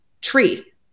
tree